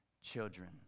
children